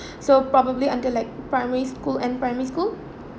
so probably until like primary school and primary school